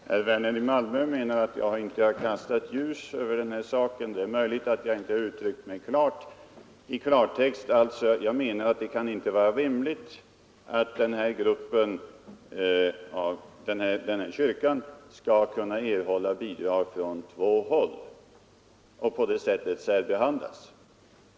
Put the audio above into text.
Herr talman! Herr Werner i Malmö menar att jag inte har kastat ljus över den här saken. Det är möjligt att jag inte har uttryckt mig klart. Jag menar att det inte kan vara riktigt att den här kyrkan skall erhålla bidrag från två håll och på det sättet särbehandlas.